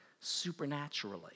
supernaturally